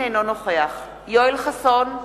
אינו נוכח יואל חסון,